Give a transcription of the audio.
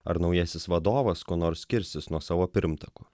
ar naujasis vadovas kuo nors skirsis nuo savo pirmtako